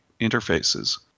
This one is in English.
interfaces